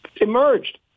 emerged